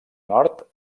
nord